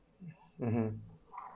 mmhmm